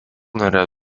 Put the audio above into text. nėra